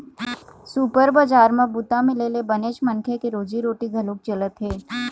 super बजार म बूता मिले ले बनेच मनखे के रोजी रोटी घलोक चलत हे